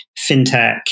fintech